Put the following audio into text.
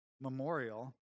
Memorial